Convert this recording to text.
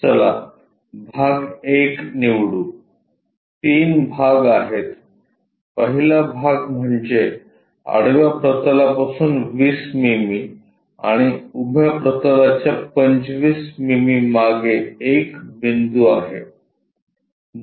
चला भाग 1 निवडू तीन भाग आहेत पहिला भाग म्हणजे आडव्या प्रतलापासून 20 मिमी आणि उभ्या प्रतलाच्या 25 मिमी मागे एक बिंदू आहे